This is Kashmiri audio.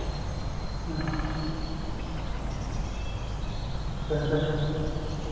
بہتر